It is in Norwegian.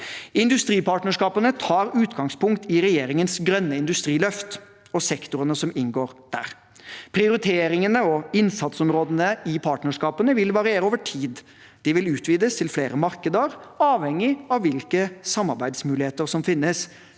Industripartnerskapene tar utgangspunkt i regjeringens grønne industriløft og sektorene som inngår der. Prioriteringene og innsatsområdene i partnerskapene vil variere over tid og utvides til flere markeder, avhengig av hvilke samarbeidsmuligheter som finnes.